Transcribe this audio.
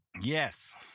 Yes